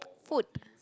food